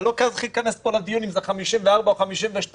ולא צריך להיכנס פה לדיון אם זה 54 או 52,